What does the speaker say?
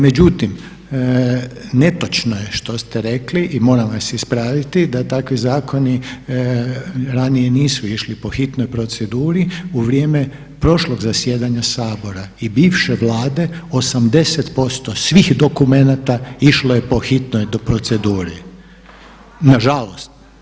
Međutim, netočno je što ste rekli i moram vas ispraviti da takvi zakoni ranije nisu išli po hitnoj proceduri, u vrijeme prošlog zasjedanja Sabora i bivše Vlade 80% svih dokumenata išlo je po hitnoj proceduri, nažalost.